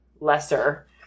lesser